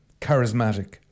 Charismatic